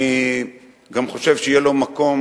אני גם חושב שיהיה מקום,